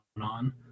on